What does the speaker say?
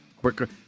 quicker